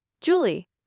Julie